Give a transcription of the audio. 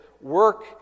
work